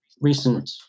Recent